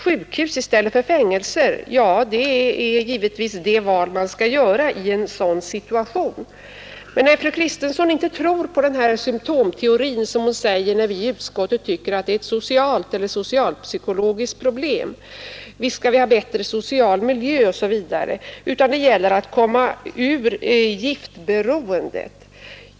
Sjukhus i stället för fängelser — ja, det är givetvis det val man skall göra i en sådan situation. Fru Kristensson säger att hon inte tror på den symtomteori som vi i utskottet för fram när vi tycker att detta är ett socialt eller socialpsykologiskt problem. Visst skall vi ha bättre social miljö osv., säger hon, men det gäller att komma ur giftberoendet.